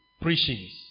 preachings